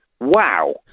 wow